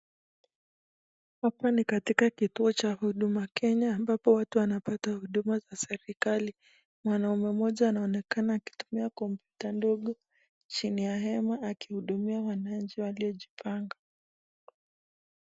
Hapa ni katika kituo cha huduma kenya ambapo watu wanapata huduma za serekali. Mwanaume mmoja anaonekana akitumia kompyuta ndogo chini ya hema akihudumia wananchi waliojipanga.